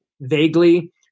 vaguely